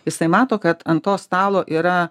jisai mato kad ant to stalo yra